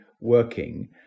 working